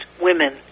women